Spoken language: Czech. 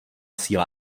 síla